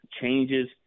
changes